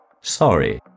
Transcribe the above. Sorry